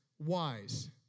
wise